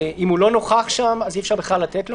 אם הוא לא נוכח שם, אי אפשר בכלל לתת לו.